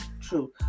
true